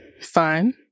fine